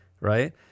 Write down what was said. right